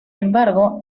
embargo